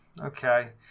Okay